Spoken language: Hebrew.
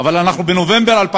אבל אנחנו בנובמבר 2015